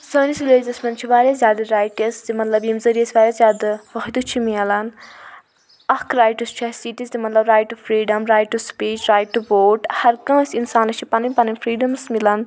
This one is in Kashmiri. سٲنس ریٚلِجیٚس منٛز چھِ واریاہ زیادٕ رایٹٕس مطلب ییٚمہِ ذٔریعہِ اسہِ واریاہ زیادٕ فٲیدٕ چھُ میلان اکھ رایٹٕس چھُ اسہِ یہِ تہِ زٕ مطلب right to freedom right to speech right to vote ہَر کٲنسہِ اِنسانَس چھِ پَنٕنۍ پَنٕنۍ فریٖڈَمٕز میلان